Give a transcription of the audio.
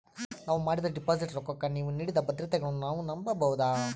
ನಾವು ಮಾಡಿದ ಡಿಪಾಜಿಟ್ ರೊಕ್ಕಕ್ಕ ನೀವು ನೀಡಿದ ಭದ್ರತೆಗಳನ್ನು ನಾವು ನಂಬಬಹುದಾ?